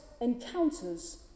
encounters